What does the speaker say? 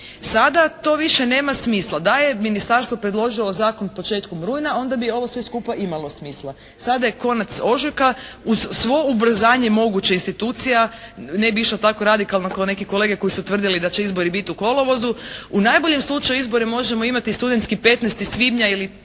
sada to više nema smisla. Da je Ministarstvo predložilo Zakon početkom rujna onda bi ovo sve skupa imalo smisla. Sada je konac ožujka. Uz svo ubrzanje moguće institucija ne bi išla tako radikalno kao neki kolege koji su tvrdili da će izbori biti u kolovozu. U najboljem slučaju izbore možemo imati studentski 15. svibnja ili